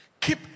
Keep